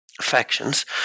factions